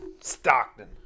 Stockton